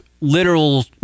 literal